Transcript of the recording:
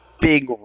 big